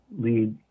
lead